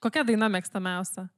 kokia daina mėgstamiausia